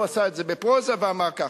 הוא עשה את זה בפרוזה ואמר ככה: